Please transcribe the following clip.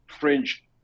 fringe